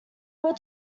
were